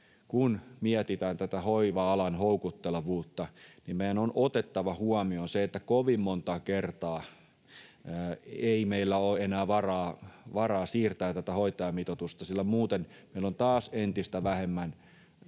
kun mietitään tätä hoiva-alan houkuttelevuutta, niin meidän on otettava huomioon se, että kovin monta kertaa ei meillä ole enää varaa siirtää tätä hoitajamitoitusta, sillä muuten meillä on taas entistä vähemmän